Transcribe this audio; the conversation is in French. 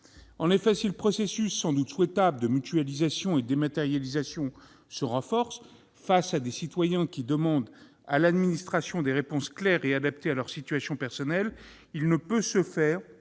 En effet, si le processus, sans doute souhaitable, de mutualisation et de dématérialisation se renforce, face à des citoyens qui demandent à l'administration des réponses claires et adaptées à leur situation personnelle, il ne peut se faire